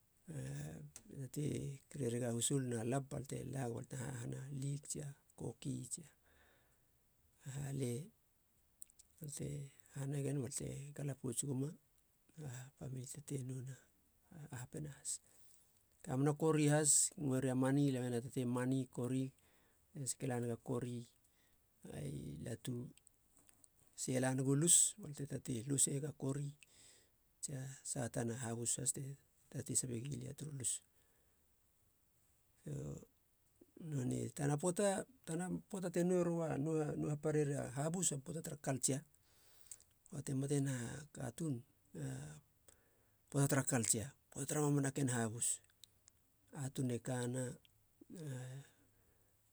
lia tatei reriga husul na lap balte lag ba tena hahana lig, tsia koki, tsia halei bal te hane gen bal te gala pouts guma ba pamili te tatei nouna, apena has. Ka mena kori has ngoeria mani lam ena tatei mani korig sake lanega kori latu sei la negu lus balia te tatei löseiega kori tsia saha tana habus has te tatei sabe gilia turu lus. so nonei, tana poata tana poata te nou roa nou- nou hapareria habus, a poata tara kaltsia bate mate na katuun, poata tara kaltsia poata tara mamana marken habus. Atun e kana na